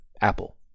Apple